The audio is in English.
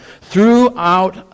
throughout